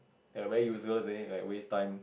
ya very useless then is like waste time